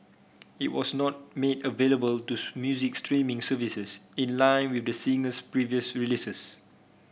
it was not made available to music streaming services in line with the singer's previous releases